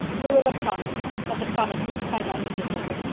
marilla promised but the promise was quite unnecessary,